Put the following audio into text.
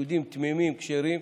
יהודים תמימים כשרים,